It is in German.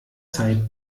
zeit